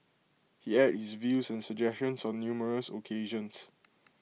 he aired his views and suggestions on numerous occasions